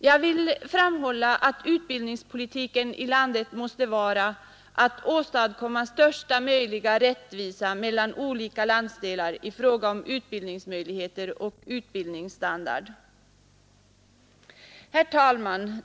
Jag vill framhålla att utbildningspolitiken i landet måste syfta till att åstadkomma största möjliga rättvisa mellan olika landsdelar i fråga om utbildningsmöjligheter och utbildningsstandard.